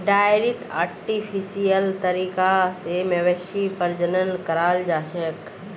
डेयरीत आर्टिफिशियल तरीका स मवेशी प्रजनन कराल जाछेक